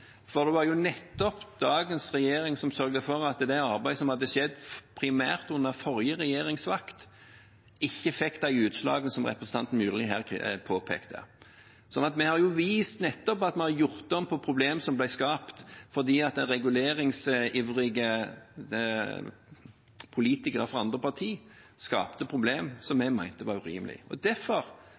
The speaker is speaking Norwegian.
For det var nettopp dagens regjering som sørget for at det arbeidet som hadde skjedd primært under forrige regjerings vakt, ikke fikk de utslagene som representanten Myrli her påpekte. Så vi har vist at vi har gjort om på problemer som ble skapt av reguleringsivrige politikere fra andre partier, problemer som vi mente var urimelige. Derfor sørget daværende statssekretær Hoksrud og